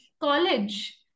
college